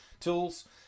tools